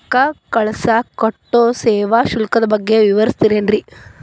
ರೊಕ್ಕ ಕಳಸಾಕ್ ಕಟ್ಟೋ ಸೇವಾ ಶುಲ್ಕದ ಬಗ್ಗೆ ವಿವರಿಸ್ತಿರೇನ್ರಿ?